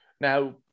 Now